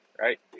right